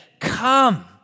come